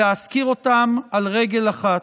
ואזכיר אותם על רגל אחת.